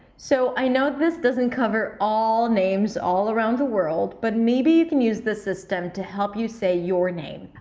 so i know this doesn't cover all names all around the world but maybe you can use this system to help you say your name.